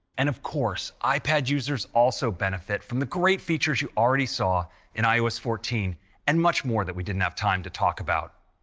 and of course, ipad users also benefit from the great features you already saw in ios fourteen and much more that we didn't have time to talk about.